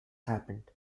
happened